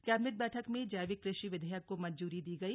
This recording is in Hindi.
कैबिनेट बैठक में जैविक कृषि विधेयक को मंजूरी दी गई